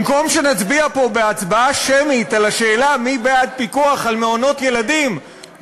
במקום שנצביע פה בהצבעה שמית על השאלה מי בעד פיקוח על מעונות ילדים,